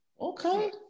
Okay